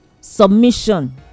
submission